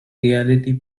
reality